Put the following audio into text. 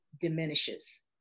diminishes